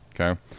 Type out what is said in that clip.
Okay